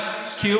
יישאר בכנסת,